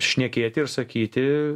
šnekėti ir sakyti